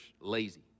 lazy